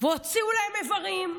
והוציאו להם איברים,